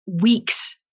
weeks